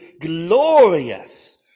glorious